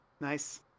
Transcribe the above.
Nice